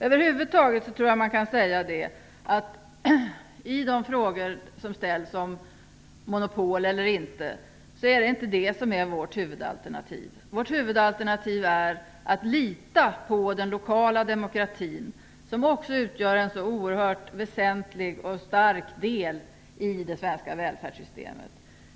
Över huvud taget kan man säga om de frågor som har ställts om monopol eller inte att det inte är det som är vårt huvudalternativ. Vårt huvudalternativ är att lita på den lokala demokratin, som också utgör en så väsentlig och stark del i det svenska välfärdssystemet.